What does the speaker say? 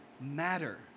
matter